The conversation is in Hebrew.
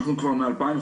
אנחנו כבר מ-2015,